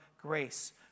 grace